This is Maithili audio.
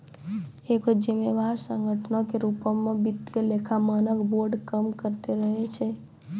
एगो जिम्मेवार संगठनो के रुपो मे वित्तीय लेखा मानक बोर्ड काम करते रहै छै